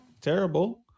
terrible